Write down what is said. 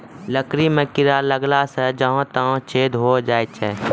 लकड़ी म कीड़ा लगला सें जहां तहां छेद होय जाय छै